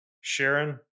Sharon